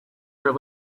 your